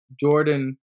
Jordan